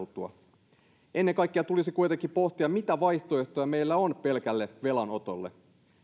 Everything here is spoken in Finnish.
ei ole perusteltua ennen kaikkea tulisi kuitenkin pohtia mitä vaihtoehtoja meillä on pelkälle velanotolle